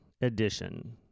edition